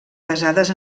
basades